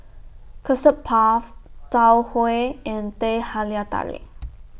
Custard Puff Tau Huay and Teh Halia Tarik